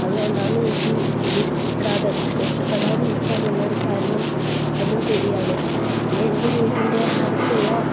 അതുകൊണ്ടാന്ന് എനിക്ക് ഇത് ഇഷ്ടപ്പെടാത്തത് ഇഷ്ടപ്പെടാതിരിക്കാനുള്ള ഒരു കാരണം അതും കൂടിയാന്ന് പിന്നെ എൻ്റെ വീട്ടിൻ്റെ അടുത്തുള്ള